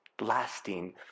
lasting